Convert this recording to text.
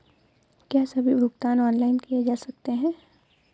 क्या सभी भुगतान ऑनलाइन किए जा सकते हैं?